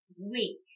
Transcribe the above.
week